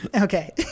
Okay